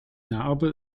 narbe